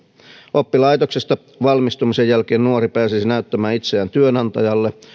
oppilaitoksesta valmistumisen jälkeen nuori pääsisi näyttämään itseään työnantajalle